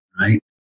right